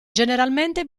generalmente